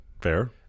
Fair